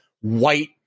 white